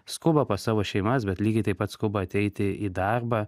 skuba pas savo šeimas bet lygiai taip pat skuba ateiti į darbą